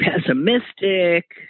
pessimistic